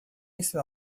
está